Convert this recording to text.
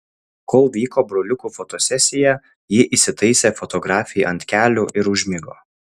kol vyko broliukų fotosesija ji įsitaisė fotografei ant kelių ir užmigo